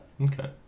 Okay